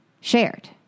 shared